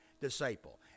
disciple